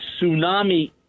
tsunami